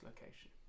location